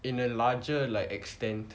in a larger like extent